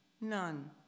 None